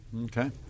Okay